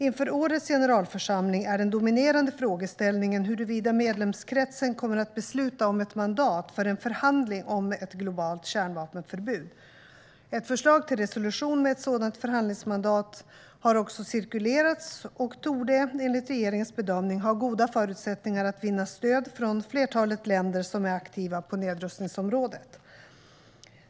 Inför årets generalförsamling är den dominerande frågeställningen huruvida medlemskretsen kommer att besluta om ett mandat för en förhandling om ett globalt kärnvapenförbud. Ett förslag till resolution med ett sådant förhandlingsmandat har också cirkulerats och torde, enligt regeringens bedömning, ha goda förutsättningar att vinna stöd från flertalet länder som är aktiva på nedrustningsområdet.